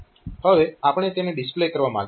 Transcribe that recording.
હવે આપણે તેને ડિસ્પ્લે કરવા માંગીએ છીએ